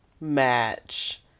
match